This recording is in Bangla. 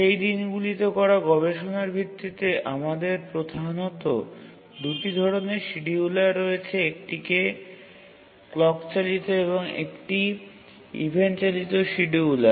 সেই দিনগুলিতে করা গবেষণার ভিত্তিতে আমাদের প্রধানত দুটি ধরণের শিডিয়ুলার রয়েছে একটিকে ক্লক চালিত এবং একটি ইভেন্ট চালিত শিডিউলার